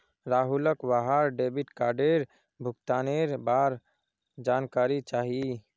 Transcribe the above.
राहुलक वहार डेबिट कार्डेर भुगतानेर बार जानकारी चाहिए